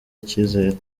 icyizere